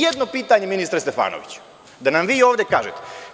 Jedno pitanje ministre Stefanoviću, da nam vi ovde kažete.